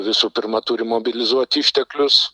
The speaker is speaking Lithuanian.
visų pirma turi mobilizuoti išteklius